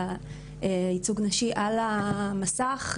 ייצוג נשי על המסך,